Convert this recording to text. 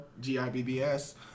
G-I-B-B-S